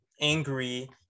angry